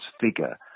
figure